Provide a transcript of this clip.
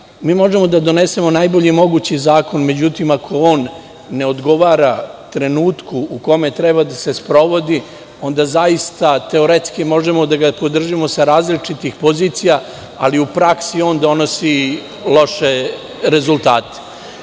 možemo da donesemo najbolji mogući zakon, međutim, ako on ne odgovara trenutku u kome treba da sprovodi, onda zaista teoretski možemo da ga podržimo sa različitih pozicija, ali u praksi on donosi loše rezultate.U